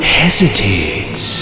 hesitates